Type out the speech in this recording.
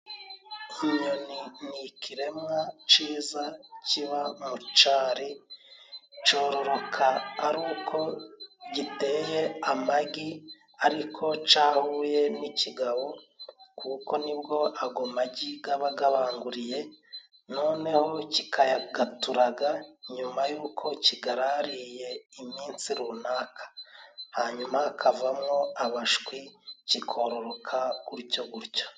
Inyoni ni ikiremwa cyiza kiba mu cyari, cyororoka ari uko giteye amagi ariko cyahuye n'ikigabo, kuko nibwo ayo magi aba abanguriye noneho kikayaturaga, nyuma y'uko kiyaraririye iminsi runaka, hanyuma hakavamwo ubushwi kikororoka gutyo gutyo.